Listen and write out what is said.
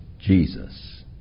Jesus